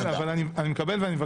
אני מקבל.